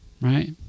Right